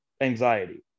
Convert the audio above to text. anxiety